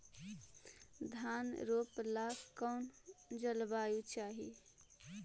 धान रोप ला कौन जलवायु चाही?